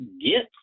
get